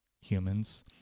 humans